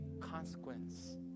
consequence